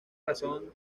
razón